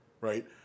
right